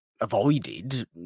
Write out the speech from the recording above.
avoided